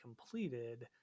completed